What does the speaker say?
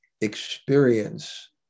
experience